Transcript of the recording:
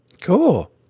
cool